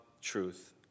truth